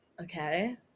okay